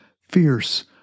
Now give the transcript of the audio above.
fierce